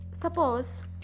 suppose